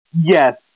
Yes